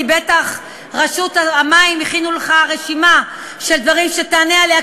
כי בטח רשות המים הכינו לך רשימה של דברים שתענה עליהם,